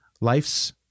life's